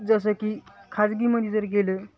जसं की खाजगीमध्ये जर गेलं